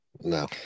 No